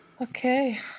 Okay